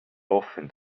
often